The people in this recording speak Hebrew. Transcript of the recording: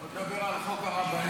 בוא תדבר על חוק הרבנים.